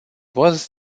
was